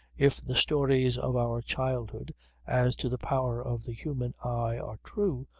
if the stories of our childhood as to the power of the human eye are true,